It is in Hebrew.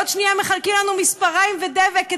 עוד שנייה מחלקים לנו מספריים ודבק,